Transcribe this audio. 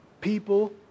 People